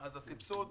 ביקשנו